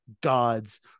gods